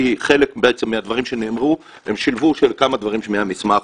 כי חלק מהדברים שנאמרו הם שילוב של כמה דברים מהמסמך.